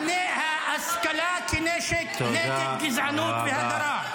ההשכלה כנשק נגד גזענות והדרה.